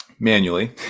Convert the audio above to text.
manually